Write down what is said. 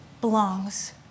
belongs